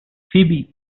فیبی